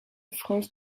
france